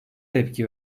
tepki